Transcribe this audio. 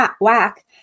whack